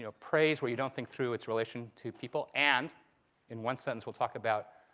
you know praise where you don't think through its relation to people. and in one sense we'll talk about,